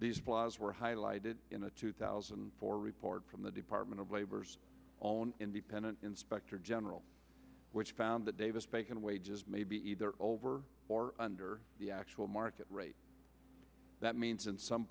these flaws were highlighted in a two thousand and four report from the department of labor's own independent inspector general which found the davis bacon wages may be either over or under the actual market rate that means in some